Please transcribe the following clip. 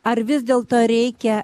ar vis dėlto reikia